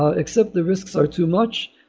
ah except the risks are too much,